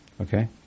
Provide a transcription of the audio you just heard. Okay